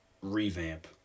revamp